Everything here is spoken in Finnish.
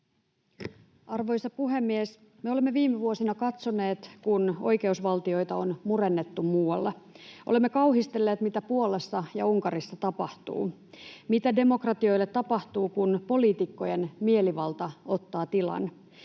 Arvoisa puhemies! Me olemme viime vuosina katsoneet, kun oikeusvaltioita on murennettu muualla. Olemme kauhistelleet, mitä Puolassa ja Unkarissa tapahtuu, mitä demokratioille tapahtuu, kun poliitikkojen mielivalta ottaa tilan.